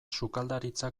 sukaldaritza